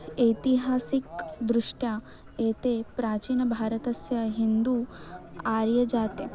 ऐतिहासिकदृष्ट्या एते प्राचीनभारतस्य हिन्दु आर्यजातेः